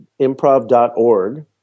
Improv.org